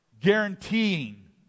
guaranteeing